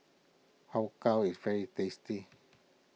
Har Kow is very tasty